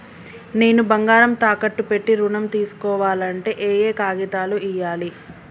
నేను బంగారం తాకట్టు పెట్టి ఋణం తీస్కోవాలంటే ఏయే కాగితాలు ఇయ్యాలి?